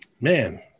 Man